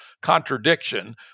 contradiction